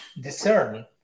discern